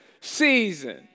season